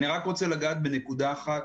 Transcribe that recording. אני רק רוצה לגעת בנקודה אחת,